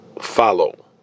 follow